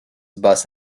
bus